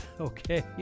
okay